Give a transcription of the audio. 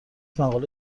مقاله